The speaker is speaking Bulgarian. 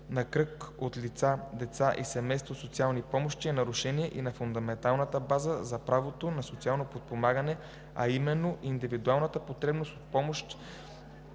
на кръг от лица (деца и семейства) от социални помощи е нарушение и на фундаменталната база за правото на социално подпомагане, а именно индивидуалната потребност от помощ.